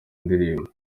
indirimbo